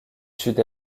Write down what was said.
sud